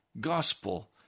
gospel